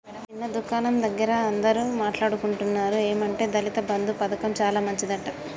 నిన్న దుకాణం దగ్గర అందరూ మాట్లాడుకుంటున్నారు ఏమంటే దళిత బంధు పథకం చాలా మంచిదట